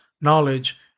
knowledge